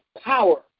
power